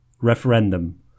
referendum